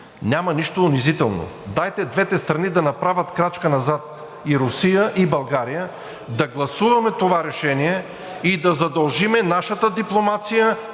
няма нищо унизително. Дайте двете страни да направят крачка назад – и Русия, и България. Да гласуваме това решение и да задължим нашата дипломация,